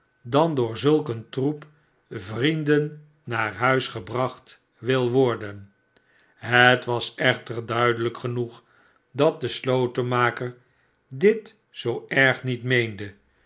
dan door zulk een troep vrienden naar huis gebracht wil worden het was echter duidelijk genoeg dat de slotenmaker dit zoo erg niet meende